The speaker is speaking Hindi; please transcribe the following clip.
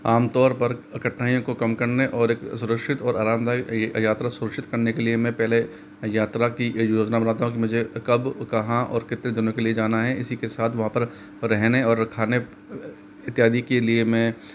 आम तौर पर कठिनाइयों को कम करने और एक सुरक्षित और आरामदायक यात्रा सुनिश्चित करने के लिए मैं पहले यात्रा की योजना बनाता हूँ कि मुझे कब कहाँ और कितने दिनों के लिए जाना है इसी के साथ वहाँ पर रहने और खाने इत्यादि के लिए मैं